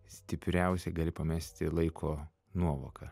stipriausiai gali pamesti laiko nuovoką